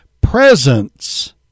presence